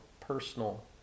personal